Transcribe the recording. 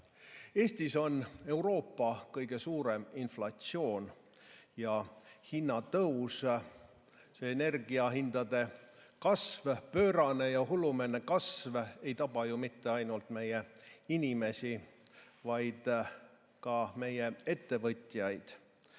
poolt. Eestis on Euroopa kõige suurem inflatsioon ja hinnatõus. See energiahindade kasv, pöörane ja hullumeelne kasv ei taba ju mitte ainult meie inimesi, vaid ka meie ettevõtjaid.